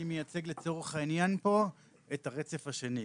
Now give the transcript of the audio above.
אני מייצג לצורך העניין פה את הרצף השני,